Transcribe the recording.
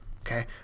Okay